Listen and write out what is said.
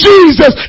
Jesus